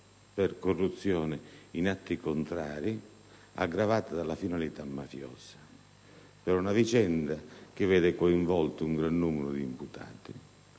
per corruzione in atti contrari ai doveri d'ufficio aggravata dalla finalità mafiosa, per una vicenda che vede coinvolto un gran numero di imputati